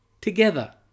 together